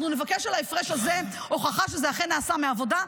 אנחנו נבקש על ההפרש הזה הוכחה שזה אכן נעשה מעבודה,